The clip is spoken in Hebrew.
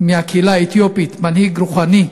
מהקהילה האתיופית, מנהיג רוחני,